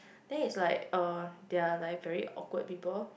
then it's like uh they're like very awkward people